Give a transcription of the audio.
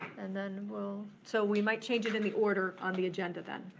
and then we'll, so we might change it in the order on the agenda, then.